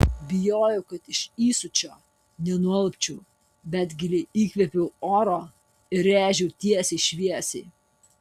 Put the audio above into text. bijojau kad iš įsiūčio nenualpčiau bet giliai įkvėpiau oro ir rėžiau tiesiai šviesiai